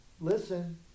listen